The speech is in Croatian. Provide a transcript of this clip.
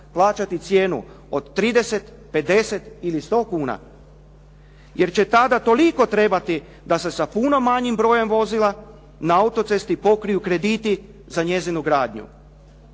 plaćati cijenu od 30, 50 ili 100 kuna, jer će tada toliko trebati da se sa puno manjim brojem vozila na autocesti pokriju krediti za njezinu gradnju.